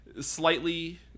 slightly